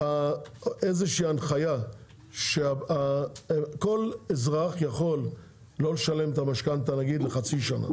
איזה שהיא הנחיה שכל אזרח יכול לא לשלם את המשכנתה נגיד לחצי שנה,